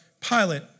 Pilate